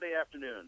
afternoon